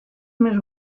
més